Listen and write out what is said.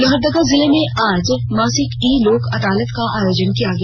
लोहरदगा जिले में आज मासिक ई लोक अदालत का आयोजन किया गया